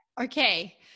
Okay